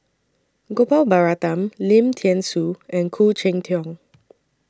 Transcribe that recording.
Gopal Baratham Lim Thean Soo and Khoo Cheng Tiong